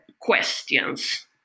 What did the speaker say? questions